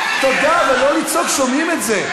תודה, אבל לא לצעוק, שומעים את זה.